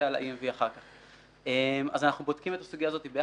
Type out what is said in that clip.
אחר כך משהו בנוגע ל-EMV.